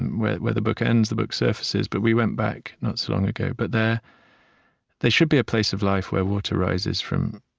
and where where the book ends, the book surfaces. but we went back, not so long ago. but they should be a place of life, where water rises from,